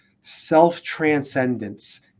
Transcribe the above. self-transcendence